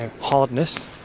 hardness